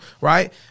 Right